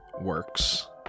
works